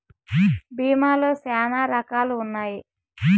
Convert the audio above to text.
భీమా లో శ్యానా రకాలు ఉన్నాయి